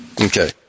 Okay